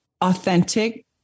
authentic